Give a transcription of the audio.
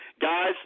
Guys